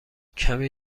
کمی